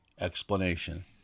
explanation